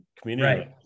community